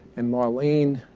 and marlene,